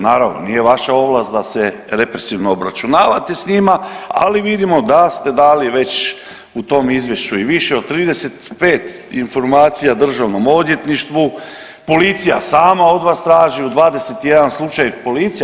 Naravno nije vaša ovlast da se represivno obračunavate s njima, ali vidimo da ste dali već u tom izvješću i više od 35 informacija Državnom odvjetništvu, policija sama od vas traži u 21 slučaj policija.